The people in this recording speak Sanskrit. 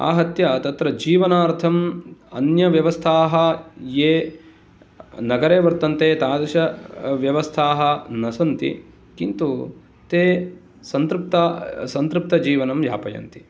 आहत्य तत्र जीवनार्थं अन्यव्यवस्थाः ये नगरे वर्तन्ते तादृशव्यवस्थाः न सन्ति किन्तु ते सन्तृप्त सन्तृप्तजीवनं यापयन्ति